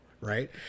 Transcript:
right